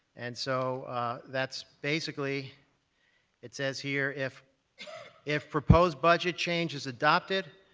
and so that's basically it says here, if if proposed budget change is adopted,